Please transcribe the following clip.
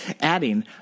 adding